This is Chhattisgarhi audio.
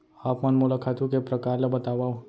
आप मन मोला खातू के प्रकार ल बतावव?